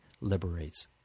liberates